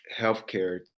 healthcare